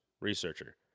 researcher